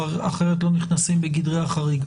אחרת לא נכנסים בגדרי החריג?